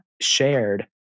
shared